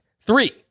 Three